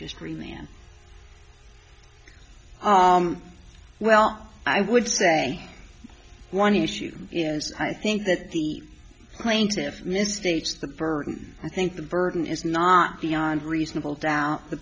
just remain an well i would say one issue is i think that the plaintiffs misstates the burden i think the burden is not beyond reasonable doubt the